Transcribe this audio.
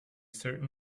certain